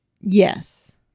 yes